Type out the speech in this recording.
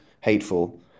hateful